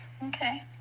Okay